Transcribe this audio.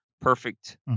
perfect